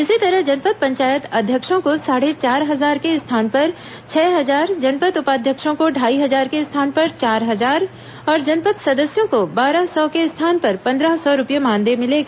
इसी तरह जनपद पंचायत अध्यक्षों को साढ़े चार हजार के स्थान पर छह हजार जनपद उपाध्यक्षों को ढ़ाई हजार के स्थान चार हजार और जनपद सदस्यों को बारह सौ के स्थान पर पंद्रह सौ रूपये मानदेय मिलेगा